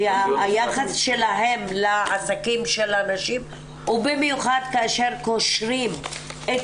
כי היחס שלהם לעסקים של הנשים ובמיוחד כאשר קושרים את